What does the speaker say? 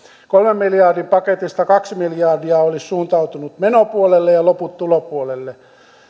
kolmen miljardin paketista kaksi miljardia olisi suuntautunut menopuolelle ja loput tulopuolelle